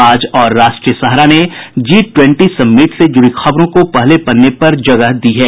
आज और राष्ट्रीय सहारा ने जी ट्वेंटी समिट से जुड़ी खबरों को पहले पन्ने पर जगह दी है